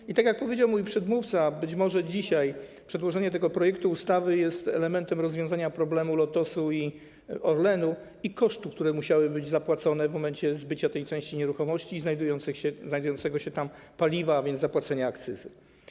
I tak jak powiedział mój przedmówca, być może dzisiaj przedłożenie tego projektu ustawy jest elementem rozwiązania problemu Lotosu i Orlenu oraz kosztów, które musiałyby być zapłacone w momencie zbycia tej części nieruchomości i znajdującego się tam paliwa, a więc zapłacenia akcyzy.